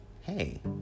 hey